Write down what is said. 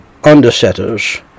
undersetters